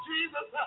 Jesus